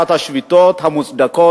אחת השביתות המוצדקות,